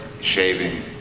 shaving